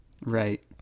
Right